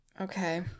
okay